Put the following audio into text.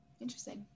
Interesting